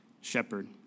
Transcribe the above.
shepherd